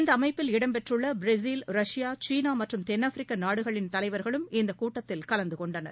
இந்த அமைப்பில் இடம்பெற்றுள்ள பிரேசில் ரஷ்யா சீனா மற்றும் தென்னாப்பிரிக்கா நாடுகளின் தலைவர்களும் இக்கூட்டத்தில் கலந்து கொண்டனர்